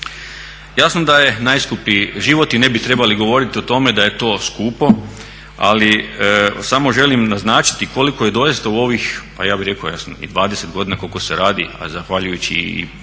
Jasno da je najskuplji život i ne bi trebali govoriti o tome da je to skupo, ali samo želim naznačiti koliko je doista u ovih, pa ja bih rekao jasno i 20 godina koliko se radi, a zahvaljujući i